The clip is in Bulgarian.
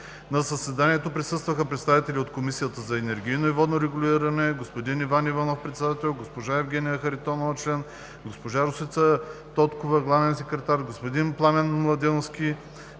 На заседанието присъстваха представители от Комисията за енергийно и водно регулиране: господин Иван Иванов – председател, госпожа Евгения Харитонова – член, госпожа Росица Тоткова – главен секретар, господин Пламен Младеновски